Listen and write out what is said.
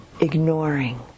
ignoring